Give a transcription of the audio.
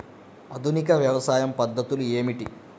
ఆధునిక వ్యవసాయ పద్ధతులు ఏమిటి?